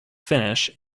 finish